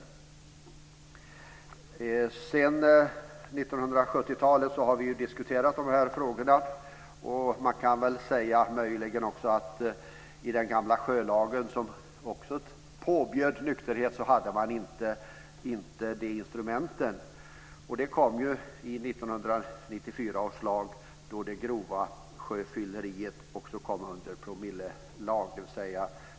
Vi har diskuterat de här frågorna sedan 1970-talet. I den gamla sjölagen, som också påbjöd nykterhet, fanns inte instrument för detta. Sådana kom med 1994 års lag, då det grova sjöfylleriet kom in under promillereglering.